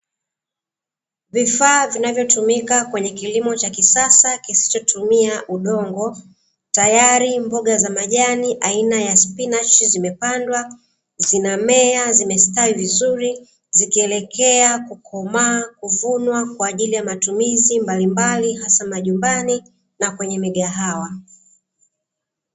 Vifaa vinavyotumika kwenye kilimo cha kisasa kisichotumia udongo, tayari mboga za majani aina ya spinachi zimepandwa, zinamea, zimestawi vizuri zikielekea kukomaa, kuvunwa kwa ajili ya matumizi mbalimbali hasa majumbani na kwenye migahawa.